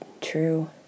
true